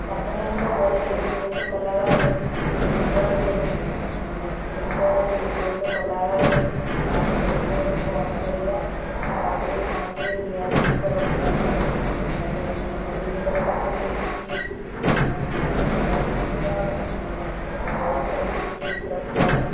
ସାଧାରଣତଃ ଘରେ ରୋଷେଇବାସ କଲାବେଳେ ସିଲିଣ୍ଡର୍ରେ ସିଲିଣ୍ଡର୍ରେ ରୋଷେଇବାସ କଲାବେଳେ ଫାଷ୍ଟ୍ ରେଗୁଲେଟର୍କୁ ଅନ୍ କରିବା ତା'ପାଖରେ କୌଣସି ନିଆଁ ଜିନିଷ ରଖିବାନି ରେ ମାନେ ସିଲିଣ୍ଡର୍ ପାଖରେ କିଛି ମାନେ ନିଆଁ ଜିନିଷ କି କରେଣ୍ଟ୍ ଫରେଣ୍ଟ୍ କିଛି ବେଶୀ ରଖିବାନି